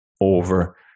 over